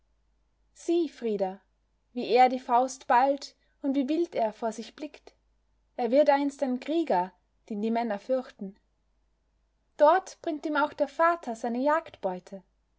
sieh frida wie er die faust ballt und wie wild er vor sich blickt er wird einst ein krieger den die männer fürchten dort bringt ihm auch der vater seine